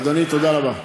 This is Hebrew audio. אדוני, תודה רבה.